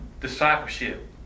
discipleship